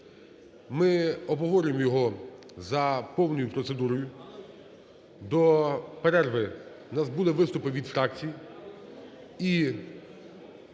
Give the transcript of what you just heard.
Ми обговорюємо його за повною процедурою. До перерви в нас були виступи від фракцій.